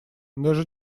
даже